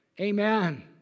amen